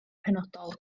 penodol